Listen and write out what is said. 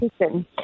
Listen